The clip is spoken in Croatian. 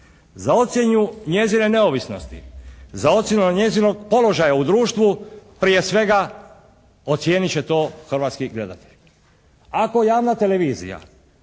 Za ocjenu njezine neovisnosti, za ocjenu njezinog položaja u društvu prije svega ocijenit će to hrvatski gledatelj. Ako javna televizija